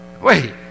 Wait